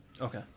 Okay